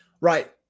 Right